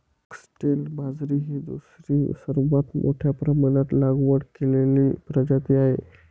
foxtail बाजरी ही दुसरी सर्वात मोठ्या प्रमाणात लागवड केलेली प्रजाती आहे